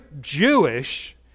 Jewish